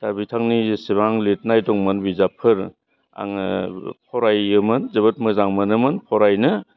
दा बिथांनि जेसेबां लिरनाय दंमोन बिजाबफोर आङो फरायोमोन जोबोद मोजां मोनोमोन फरायनो